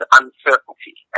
uncertainty